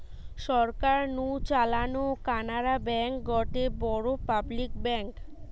সরকার নু চালানো কানাড়া ব্যাঙ্ক গটে বড় পাবলিক ব্যাঙ্ক